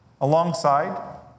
alongside